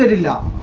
and